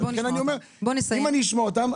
אני מוכן לשמוע אותם,